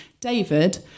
David